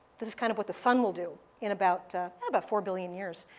this is kind of what the sun will do in about about four billion years.